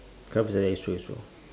like that it's true it's true